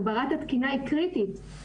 הגברת התקינה היא קריטית.